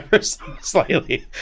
slightly